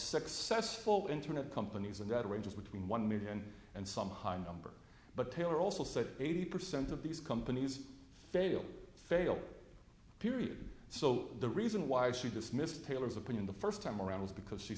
successful internet companies and that ranges between one million and some high number but taylor also said eighty percent of these companies fail fail period so the reason why she dismissed taylor's opinion the first time around was because she